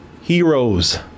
heroes